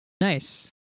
Nice